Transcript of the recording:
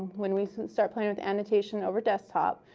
when we start playing with annotation over desktop,